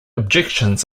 objections